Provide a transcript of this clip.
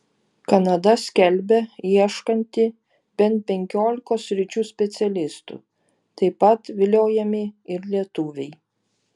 kanada skelbia ieškanti bent penkiolikos sričių specialistų taip pat viliojami ir lietuviai